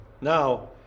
Now